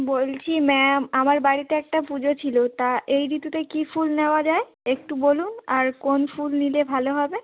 বলছি ম্যাম আমার বাড়িতে একটা পুজো ছিল তা এই ঋতুতে কী ফুল নেওয়া যায় একটু বলুন আর কোন ফুল নিলে ভালো হবে